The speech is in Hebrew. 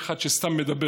אחד שסתם מדבר.